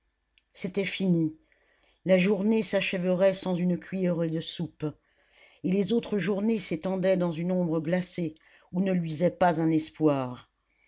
c'était fini la journée s'achèverait sans une cuillerée de soupe et les autres journées s'étendaient dans une ombre glacée où ne luisait pas un espoir